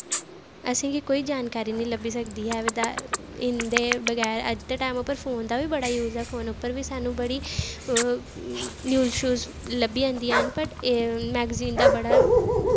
असें गी कोई जानकारी निं लब्भी सकदी ऐ इंदे बगैर अज्ज दे टैम उप्पर फोन दा बी बड़ा यूज़ ऐ फोन उप्पर बी सानूं बड़ी न्यूज़ शयूज़ लब्भी जंदियां न वट मैगजीन दा बड़ा